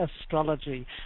Astrology